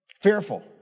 Fearful